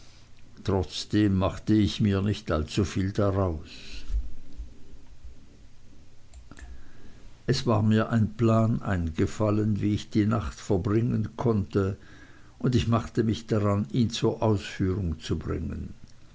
trotzdem machte ich mir nicht allzuviel daraus es war mir ein plan eingefallen wie ich die nacht verbringen könnte und ich machte mich daran ihn zur ausführung zu bringen